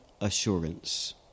assurance